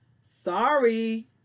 Sorry